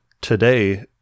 today